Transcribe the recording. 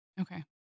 Okay